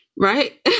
right